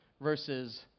Versus